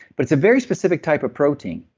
but it's a very specific type of protein.